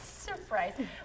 Surprise